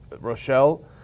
Rochelle